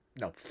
No